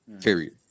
period